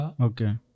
Okay